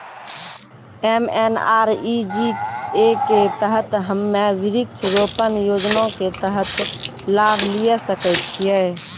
MNREGA के तहत हम्मय वृक्ष रोपण योजना के तहत लाभ लिये सकय छियै?